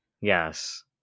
yes